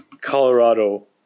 Colorado